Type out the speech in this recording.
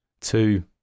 Two